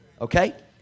okay